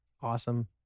awesome